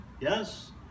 yes